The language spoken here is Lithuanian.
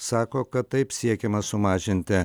sako kad taip siekiama sumažinti